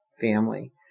family